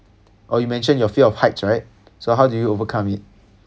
or you mentioned your fear of heights right so how do you overcome it